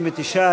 59,